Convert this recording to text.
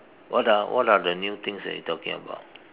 what are what are the new things that you are talking about